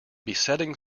besetting